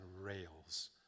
rails